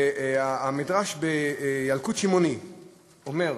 המדרש בילקוט שמעוני אומר: